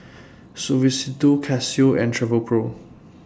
Suavecito Casio and Travelpro